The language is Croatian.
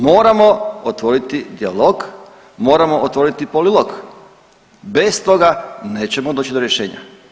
Moramo otvorit dijalog, moramo otvoriti polilog, bez toga nećemo doći do rješenja.